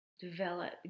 develop